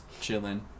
chilling